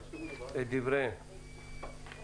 קיימנו כאן דיונים על אולמות